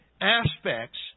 aspects